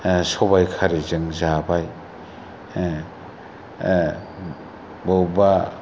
सबाय खारैजों जाबाय बबेबा